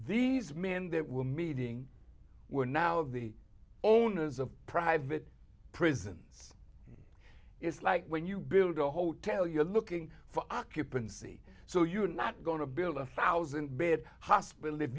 these men that were meeting were now of the owners of private prisons it's like when you build a hotel you're looking for occupancy so you're not going to build a thousand bed hospital if